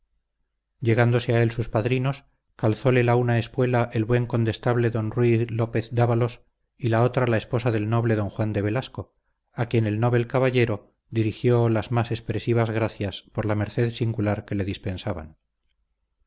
llegándose a él sus padrinos calzóle la una espuela el buen condestable don ruy lópez dávalos y la otra la esposa del noble don juan de velasco a quienes el novel caballero dirigió las más expresivas gracias por la merced singular que le dispensaban